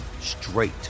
straight